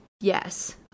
yes